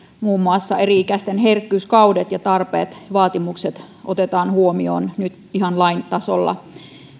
muun muassa eri ikäisten herkkyyskaudet ja tarpeet ja vaatimukset otetaan huomioon nyt ihan lain tasolla